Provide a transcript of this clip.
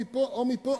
מפה או מפה,